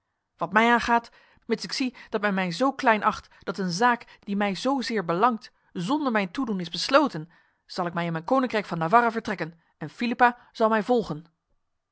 wat mij aangaat mits ik zie dat men mij zo klein acht dat een zaak die mij zo zeer belangt zonder mijn toedoen is besloten zal ik mij in mijn koninkrijk van navarra vertrekken en philippa zal mij volgen